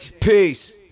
Peace